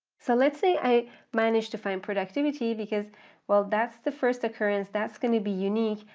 so let's say i managed to find productivity because well, that's the first occurrence that's going to be unique,